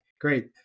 great